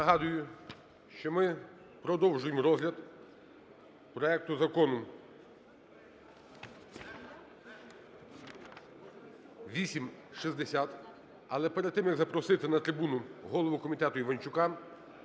Нагадую, що ми продовжуємо розгляд проекту Закону 8060. Але перед тим, як запросити на трибуну голову комітету Іванчука,